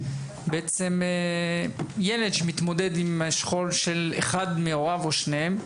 בעצם ילד שמתמודד עם שכול אחד מהוריו או שניהם.